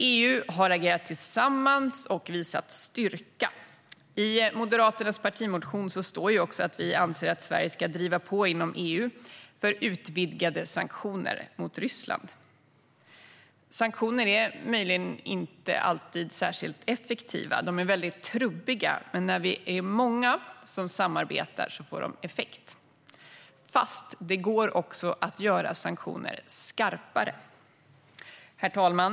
EU har agerat tillsammans och visat styrka. I Moderaternas partimotion står också att vi anser att Sverige ska driva på inom EU för utvidgade sanktioner mot Ryssland. Sanktioner är möjligen inte alltid särskilt effektiva. De är väldigt trubbiga. Men när vi är många som samarbetar får de effekt. Fast det går också att göra sanktioner skarpare. Herr talman!